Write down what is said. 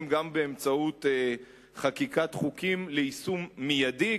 גם באמצעות חקיקת חוקים ליישום מיידי,